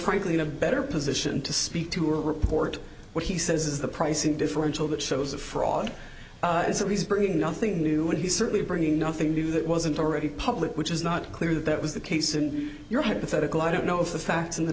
frankly in a better position to speak to or report what he says is the pricing differential that shows the fraud is that he's bringing nothing new and he's certainly bringing nothing new that wasn't already public which is not clear that that was the case and your hypothetical i don't know if the facts in the